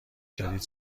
جدید